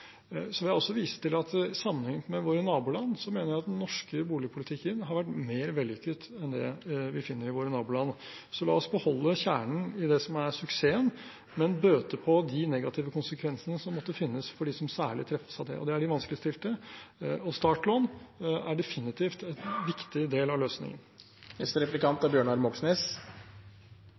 Så vil jeg også vise til at sammenlignet med våre naboland mener jeg at den norske boligpolitikken har vært mer vellykket enn det vi finner der. Så la oss beholde kjernen i det som er suksessen, men bøte på de negative konsekvensene som måtte finnes for dem som særlig treffes av det, og det er de vanskeligstilte. Startlån er definitivt en viktig del av